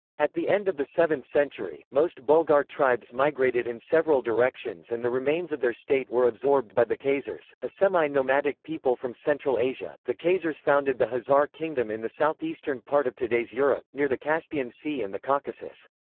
at the end of the seventh century, most bulgar tribes migrated in several directions and the remains of their state were absorbed by the khazars, a semi-nomadic people from central asia the khazars founded the khazar kingdom in the southeastern part of today's europe, near the caspian sea and the caucasus.